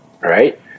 right